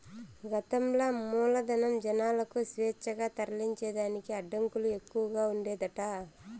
గతంల మూలధనం, జనాలకు స్వేచ్ఛగా తరలించేదానికి అడ్డంకులు ఎక్కవగా ఉండేదట